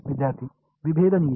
विद्यार्थीः विभेदनीय